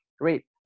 great